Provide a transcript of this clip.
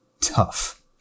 tough